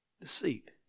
deceit